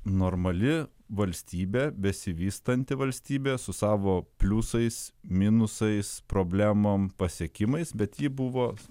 normali valstybė besivystanti valstybė su savo pliusais minusais problemom pasiekimais bet ji buvo